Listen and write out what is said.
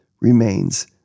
remains